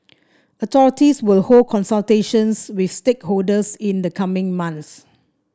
authorities will hold consultations with stakeholders in the coming months